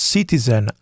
Citizen